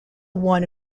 one